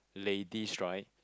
ladies right